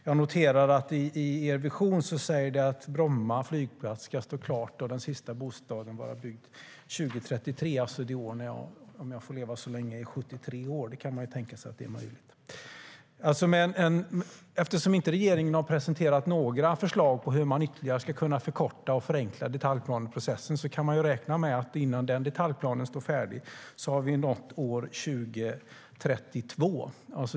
Jag noterar att i er vision säger ni att Bromma flygplats ska stå klart och den sista bostaden vara byggd 2033, alltså det år då jag är 73 år, om jag får leva så länge. Eftersom regeringen inte har presenterat några förslag på hur man ytterligare ska kunna förkorta och förenkla detaljplaneprocessen kan man räkna med att innan den detaljplanen står färdig har vi nått år 2032.